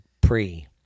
pre